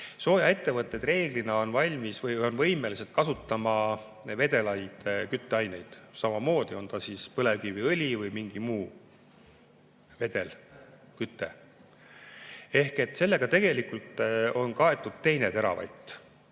Soojaettevõtted reeglina on võimelised kasutama vedelaid kütteaineid, on ta siis põlevkiviõli või mingi muu vedelküte. Ehk sellega tegelikult on kaetud teine teravatt.